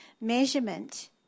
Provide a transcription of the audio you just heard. measurement